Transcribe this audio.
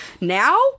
Now